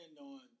on